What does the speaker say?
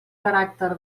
caràcter